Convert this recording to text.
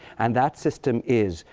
and that system is,